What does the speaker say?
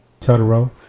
Totoro